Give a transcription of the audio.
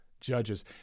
judges